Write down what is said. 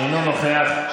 אינו נוכח,